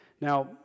Now